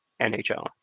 NHL